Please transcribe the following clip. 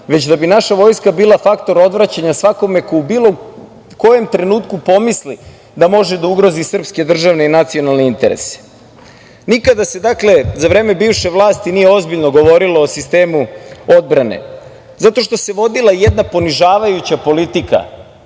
već da bi naša vojska bila faktor odvraćanja svakome ko u bilo kojem trenutku pomisli da može da ugrozi srpske državne i nacionalne intrese. Nikada se za vreme bivše vlasti nije ozbiljno govorilo o sistemu dobrane zato što se vodila jedna ponižavajuća politika